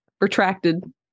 retracted